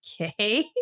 okay